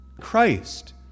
Christ